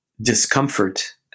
discomfort